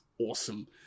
awesome